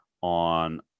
on